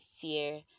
fear